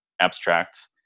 abstract